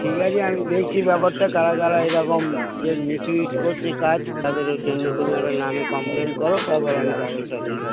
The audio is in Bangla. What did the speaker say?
ঠিক আছে আমি দেখছি ব্যাপারটা কারা কারা এরকম এ মিস ইউস করছে কাজ তাদের জন্যে তুমি একটা নামে কমপ্লেন করো তারপর আমি ব্যবস্থা দেখছি